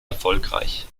erfolgreich